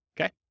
okay